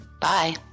Bye